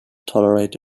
tolerate